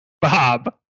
Bob